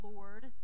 Lord